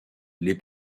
les